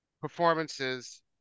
performances